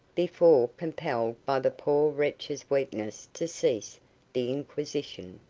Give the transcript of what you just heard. before compelled by the poor wretch's weakness to cease the inquisition.